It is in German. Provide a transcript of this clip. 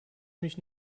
mich